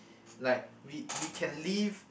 like we we can leave